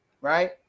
right